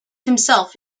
himself